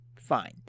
fine